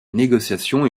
négociations